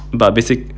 but basic